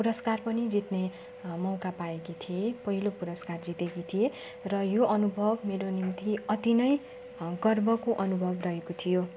पुरस्कार पनि जित्ने मौका पाएकी थिएँ पहिलो पुरस्कार जितेकी थिएँ र यो अनुभव मेरो निम्ति अति नै गर्वको अनुभव रहेको थियो